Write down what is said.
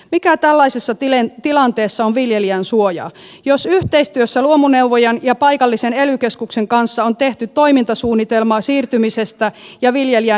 mikä tällaisessa tilanteessa on viljelijän suoja jos yhteistyössä luomuneuvojan ja paikallisen ely keskuksen kanssa on tehty toimintasuunnitelma siirtymisestä ja viljelijä noudattaa sitä